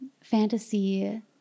fantasy